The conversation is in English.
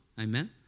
Amen